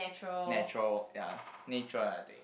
natural ya nature I think